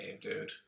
dude